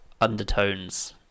undertones